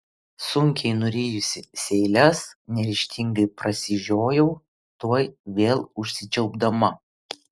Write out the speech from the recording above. sunkiai nurijusi seiles neryžtingai prasižiojau tuoj vėl užsičiaupdama